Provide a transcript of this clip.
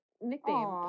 nickname